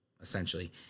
essentially